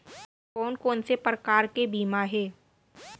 कोन कोन से प्रकार के बीमा हे?